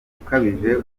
ukabije